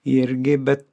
irgi bet